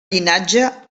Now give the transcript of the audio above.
llinatge